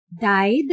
died